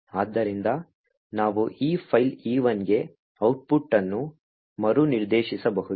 ಆದ್ದರಿಂದ ನಾವು ಈ ಫೈಲ್ e1 ಗೆ ಔಟ್ಪುಟ್ ಅನ್ನು ಮರುನಿರ್ದೇಶಿಸಬಹುದು